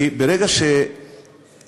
כי ברגע שמפחיתים